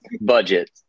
budget